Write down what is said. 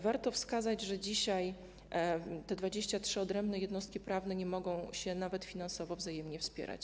Warto wskazać, że dzisiaj te 23 odrębne jednostki prawne nie mogą się nawet finansowo wzajemnie wspierać.